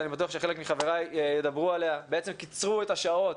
שאני בטוח שחלק מחבריי ידברו עליה בעצם קיצרו את השעות